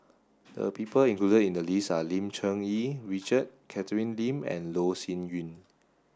the people included in the list are Lim Cherng Yih Richard Catherine Lim and Loh Sin Yun